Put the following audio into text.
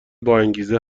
باانگیزه